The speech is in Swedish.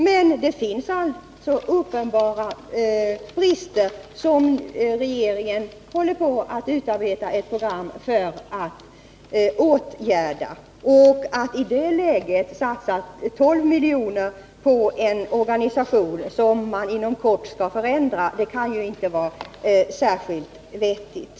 Men det finns alltså uppenbara brister där som regeringen håller på att utarbeta ett program för att åtgärda. Att i det läget satsa 12 milj.kr. på en organisation som man inom kort skall förändra kan ju inte vara särskilt vettigt.